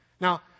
Now